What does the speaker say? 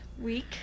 week